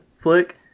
flick